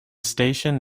station